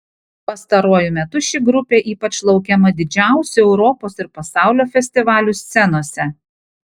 pastaruoju metu ši grupė ypač laukiama didžiausių europos ir pasaulio festivalių scenose